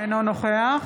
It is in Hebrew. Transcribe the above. אינו נוכח